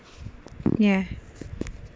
ya